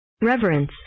Reverence